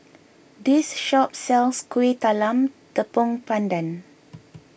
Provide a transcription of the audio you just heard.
this shop sells Kuih Talam Tepong Pandan